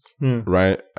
right